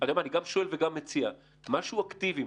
אני גם שואל וגם מציע משהו אקטיבי.